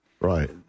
Right